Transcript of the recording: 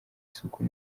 isuku